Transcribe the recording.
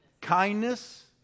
Kindness